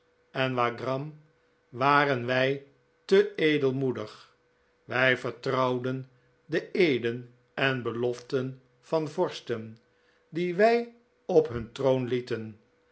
en wagram waren wij te edelmoedig wij vertrouwden de eeden en beloften van vorsten die wij op hun troon liefen